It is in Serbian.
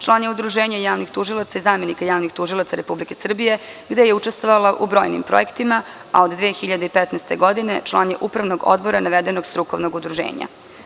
Član je Udruženja javnih tužilaca i zamenika javnih tužilaca Republike Srbije, gde je učestvovala u brojnim projektima, a od 2015. godine član je Upravnog odbora navedenog strukovnog udruženja.